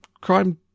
crime